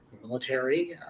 military